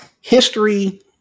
History